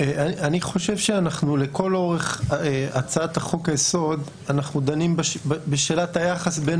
אני חושב שלכל אורך הצעת חוק היסוד אנחנו דנים בשאלת היחס בין